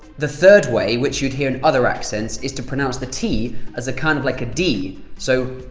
the third way which you'd hear in other accents is to pronounce the t as kind of like a d so.